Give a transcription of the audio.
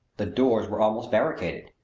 the doors were almost barricaded.